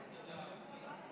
תודה רבה.